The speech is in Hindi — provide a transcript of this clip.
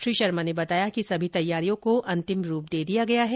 श्री शर्मा ने बताया कि सभी तैयारियों को अंतिम रूप दे दिया गया है